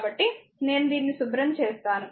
కాబట్టి నేను దీన్ని శుభ్రం చేస్తాను